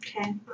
Okay